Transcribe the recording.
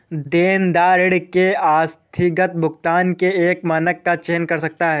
देनदार ऋण के आस्थगित भुगतान के एक मानक का चयन कर सकता है